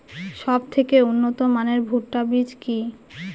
সবথেকে উন্নত মানের ভুট্টা বীজ কি?